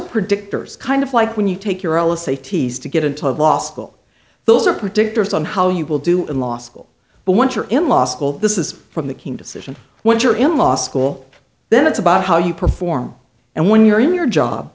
predictors kind of like when you take your l s a t s to get into law school those are predictors on how you will do in law school but once you're in law school this is from the king decision when you're in law school then it's about how you perform and when you're in your job